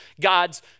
God's